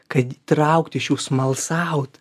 kad traukti iš jų smalsaut